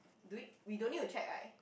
do we we don't need to check right